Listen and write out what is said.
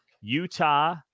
Utah